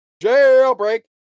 jailbreak